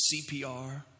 CPR